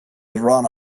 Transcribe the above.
run